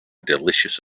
delicious